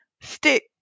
stick